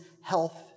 health